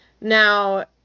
now